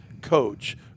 coach